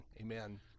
Amen